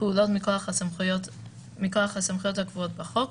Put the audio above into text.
פעולות מכוח הסמכויות הקבועות בחוק,